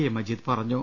A Majeed പറഞ്ഞു